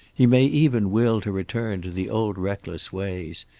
he may even will to return to the old reckless ways,